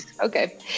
Okay